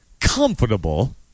comfortable